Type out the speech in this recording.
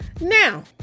Now